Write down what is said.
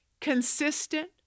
consistent